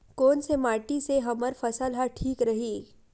कोन से माटी से हमर फसल ह ठीक रही?